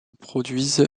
produisent